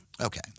Okay